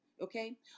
Okay